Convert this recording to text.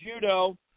judo